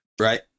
Right